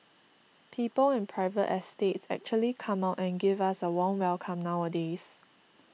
people in private estates actually come out and give us a warm welcome nowadays